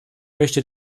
möchte